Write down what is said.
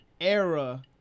era